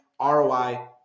ROI